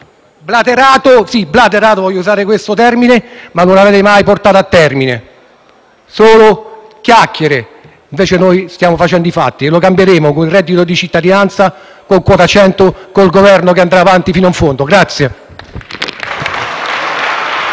blaterato - sì, blaterato, voglio usare questo termine - ma non avete mai portato a termine; solo chiacchiere. Invece noi stiamo facendo i fatti e porteremo cambiamenti, con il reddito di cittadinanza, con quota 100, con il Governo che andrà avanti fino in fondo.